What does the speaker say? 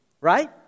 right